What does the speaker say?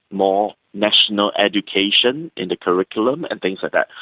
more national education in the curriculum and things like that.